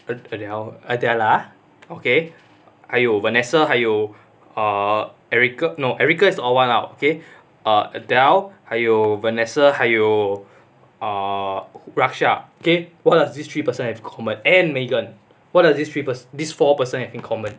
adele adela okay !aiyo! vanessa 还有 err erica no erica is odd one out okay ah adele 还有 vanessa 还有 err raksha K what does this three person have common and megan what does this three pers~ these four person have in common